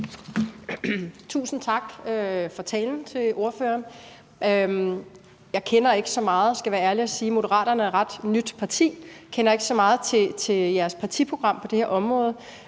Tusind tak til ordføreren for talen. Jeg kender ikke så meget til Moderaterne, skal jeg være ærlig at sige. Moderaterne er et ret nyt parti. Jeg kender ikke så meget til jeres partiprogram på det her område,